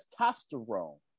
testosterone